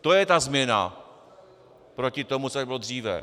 To je ta změna proti tomu, co tady bylo dříve.